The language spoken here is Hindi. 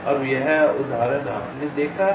अब यह उदाहरण आपने दिखाया है